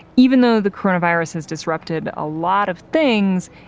even though the coronavirus has disrupted a lot of things,